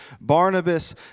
Barnabas